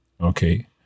Okay